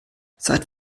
seit